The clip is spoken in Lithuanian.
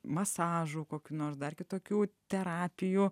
masažų kokių nors dar kitokių terapijų